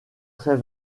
très